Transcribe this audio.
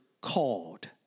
called